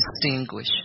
distinguish